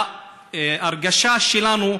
ההרגשה שלנו,